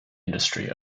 industry